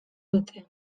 dute